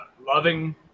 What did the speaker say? loving